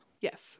Yes